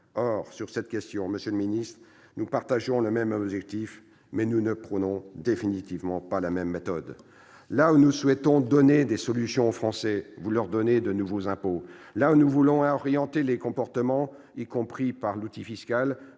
Or, sur cette question, monsieur le ministre d'État, nous partageons le même objectif, mais nous ne prônons définitivement pas la même méthode. Là où nous souhaitons donner des solutions aux Français, vous leur donnez de nouveaux impôts ; là où nous voulons orienter les comportements, y compris par l'outil fiscal,